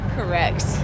Correct